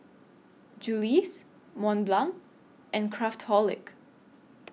Julie's Mont Blanc and Craftholic